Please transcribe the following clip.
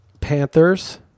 Panthers